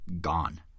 gone